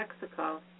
Mexico